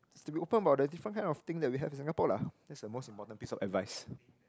is to be open about the different kind of thing that we have in Singapore lah that's the most important piece of advice